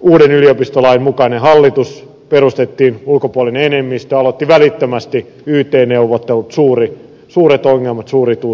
uuden yliopistolain mukainen hallitus perustettiin ulkopuolinen enemmistö aloitti välittömästi yt neuvottelut suuret ongelmat suuri tuska